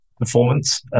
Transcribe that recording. performance